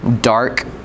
dark